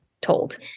told